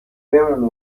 بمونه